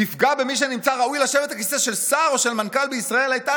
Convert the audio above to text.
תפגע במי שנמצא ראוי לשבת על כסאו של שר או של מנכ"ל בישראל,